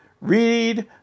read